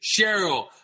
Cheryl